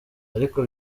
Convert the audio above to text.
ariko